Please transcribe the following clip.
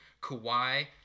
Kawhi